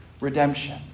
redemption